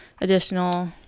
additional